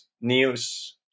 news